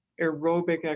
aerobic